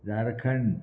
Jharkhand